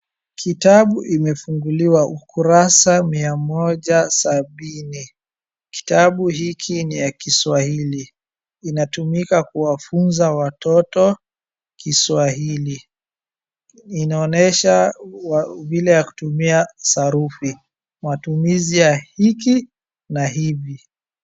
Kitabu imefunguliwa ukurasa mia moja sabini. Kitabu hiki ni ya kiswahili. Inatumika kuwafunza watoto kiswahili. Inaonyesha vile ya kutumia sarufi; matumizi ya hiki na hivi.